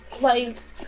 lives